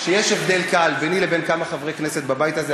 שיש הבדל קל ביני לבין כמה חברי כנסת בבית הזה,